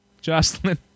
Jocelyn